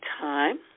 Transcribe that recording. time